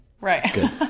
Right